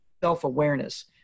self-awareness